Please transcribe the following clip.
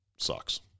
sucks